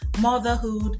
motherhood